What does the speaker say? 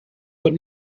but